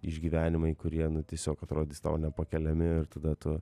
išgyvenimai kurie nu tiesiog atrodys tau nepakeliami ir tada tu